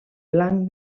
blanc